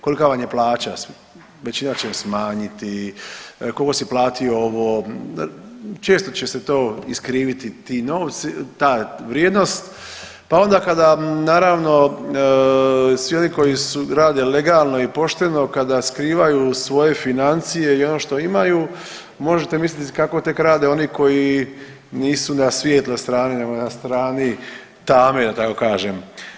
Kolika vam je plaća, većina će je smanjiti, koliko si platio ovo, često će se to iskriviti ti novci, ta vrijednost pa onda kada naravno svi oni koji su rade legalno i pošteno, kada skrivaju svoje financije i ono što imaju možete misliti kako tek rade oni koji nisu na svijetloj strani nego na strani tame da tako kažem.